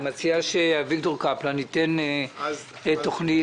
אני מציע שאביגדור ייתן תכנית.